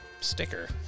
sticker